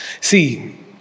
see